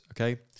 okay